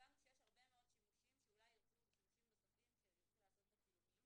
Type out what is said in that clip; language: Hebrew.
הבנו שיש הרבה מאוד שימושים שאולי ירצו לעשות בצילומים.